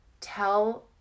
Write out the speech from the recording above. tell